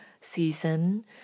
season